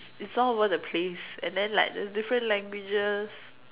it's all over the place and then like there's different languages